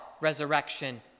resurrection